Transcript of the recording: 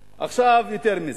עכשיו, יותר מזה.